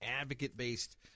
advocate-based